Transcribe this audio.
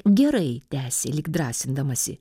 gerai tęsė lyg drąsindamasi